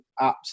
apps